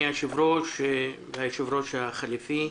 היושב-ראש והיושב-ראש החליפי.